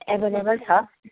available छ